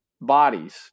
bodies